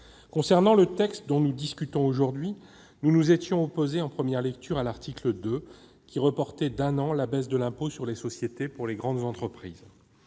Concernant le texte dont nous discutons aujourd'hui, nous nous étions opposés en première lecture à l'article 2, qui reportait d'un an la baisse de l'impôt sur les sociétés pour les grandes entreprises.